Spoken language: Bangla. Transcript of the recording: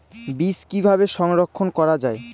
বীজ কিভাবে সংরক্ষণ করা যায়?